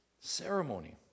Ceremony